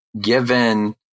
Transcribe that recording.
given